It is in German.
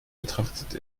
betrachtet